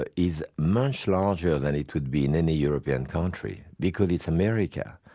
ah is much larger than it could be in any european country because it's america.